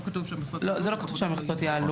לא, זה לא כתוב שהמכסות יעלו.